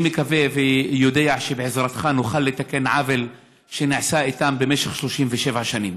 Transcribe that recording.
אני מקווה ויודע שבעזרתך נוכל לתקן עוול שנעשה איתם במשך 37 שנים.